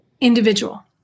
individual